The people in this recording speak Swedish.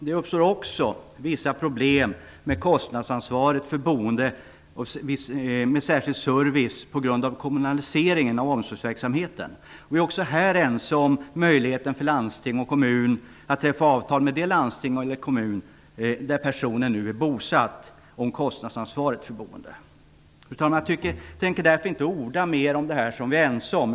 Det uppstår också vissa problem med kostnadsansvaret för boende med särskild service på grund av kommunaliseringen av omsorgsverksamheten. Vi är också här ense om möjligheten för landsting eller kommun att träffa avtal med det landsting eller den kommun där personen är bosatt om kostnadsansvaret för boendet. Fru talman! Jag tänker inte orda mer om det som vi är ense om.